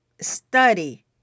study